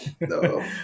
No